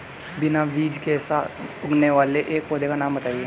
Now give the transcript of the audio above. बिना बीज के उगने वाले एक पौधे का नाम बताइए